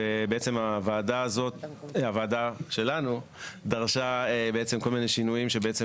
ובעצם הוועדה שלנו דרשה בעצם כל מיני שינויים שבעצם